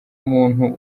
umuntu